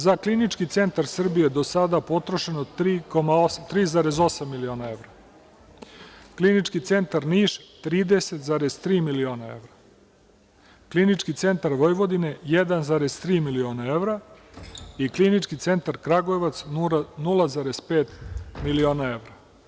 Za Klinički centar Srbije do sada je potrošeno 3,8 miliona evra, Klinički centar Niš 30,3 miliona evra, Klinički centar Vojvodine 1,3 miliona evra i Klinički centar Kragujevac 0,5 miliona evra.